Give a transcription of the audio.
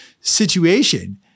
situation